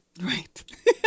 Right